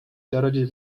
czarodziej